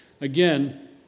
Again